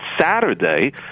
Saturday